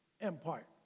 empire